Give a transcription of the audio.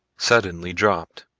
suddenly dropped.